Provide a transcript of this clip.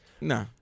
Nah